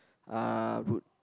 uh route